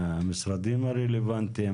מהמשרדים הרלוונטיים,